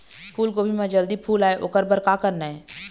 फूलगोभी म जल्दी फूल आय ओकर बर का करना ये?